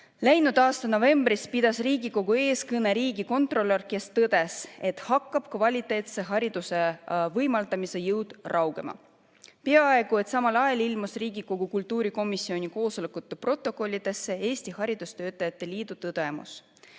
kohal. Läinud aasta novembris pidas Riigikogu ees kõne riigikontrolör, kes tõdes, et kvaliteetse hariduse võimaldamise jõud hakkab raugema. Peaaegu samal ajal ilmus Riigikogu kultuurikomisjoni koosolekute protokollidesse Eesti Haridustöötajate Liidu tõdemus,